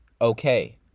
okay